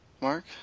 Mark